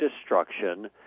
destruction—